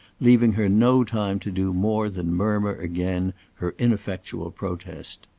leaving her no time to do more than murmur again her ineffectual protest.